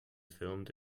filmed